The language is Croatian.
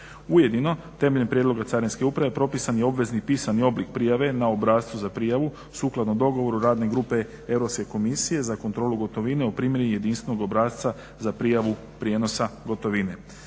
Ujedno temeljem prijedloga Carinske uprave propisani je obvezni pisani oblik prijave na obrascu za prijavu sukladno dogovoru radne grupe Europske komisije za kontrolu gotovine u primjeni jedinstvenog obrasca za prijavu prijenosa gotovine.